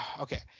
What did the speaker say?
okay